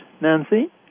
Nancy